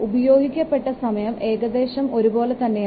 ഉപയോഗിക്കപ്പെട്ട സമയം ഏകദേശം ഒരുപോലെ തന്നെയാണ്